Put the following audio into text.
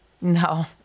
No